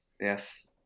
Yes